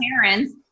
parents